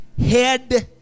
Head